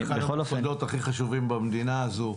זה אחד המוסדות הכי חשובים במדינה הזו.